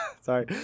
sorry